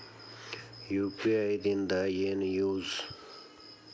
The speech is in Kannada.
ಯು.ಪಿ.ಐ ದಿಂದ ಏನು ಯೂಸ್?